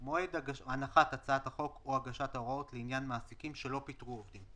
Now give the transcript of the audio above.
"מועד הנחת הצעת החוק או הגשת ההוראות לעניין מעסיקים של פיטרו עובדים